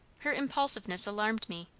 her impulsiveness alarmed me.